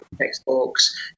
textbooks